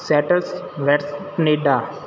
setters vets Canada